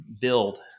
build